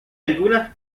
algunas